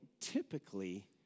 typically